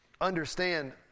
understand